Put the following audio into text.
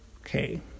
okay